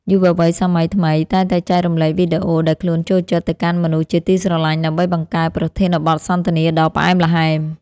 យុវវ័យសម័យថ្មីតែងតែចែករំលែកវីដេអូដែលខ្លួនចូលចិត្តទៅកាន់មនុស្សជាទីស្រឡាញ់ដើម្បីបង្កើតប្រធានបទសន្ទនាដ៏ផ្អែមល្ហែម។